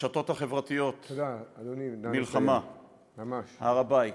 הרשתות החברתיות, מלחמה, הר-הבית,